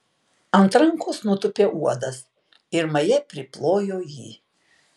ant rankos nutūpė uodas ir maja priplojo jį